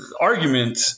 argument